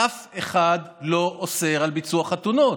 אף אחד לא אוסר ביצוע חתונות.